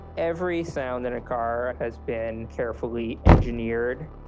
every sound in a car has been carefully engineered.